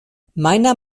meiner